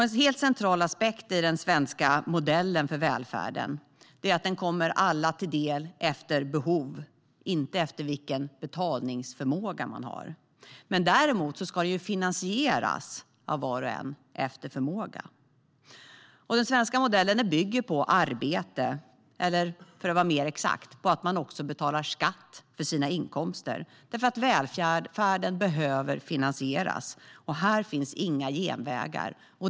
En helt central aspekt i den svenska modellen för välfärden är att den kommer alla till del efter behov och inte efter betalningsförmåga. Däremot ska den finansieras av var och en efter förmåga. Den svenska modellen bygger på arbete, eller, för att vara mer exakt, på att man betalar skatt på sina inkomster. Välfärden behöver finansieras, och här finns inga genvägar.